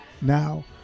now